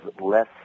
less